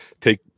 take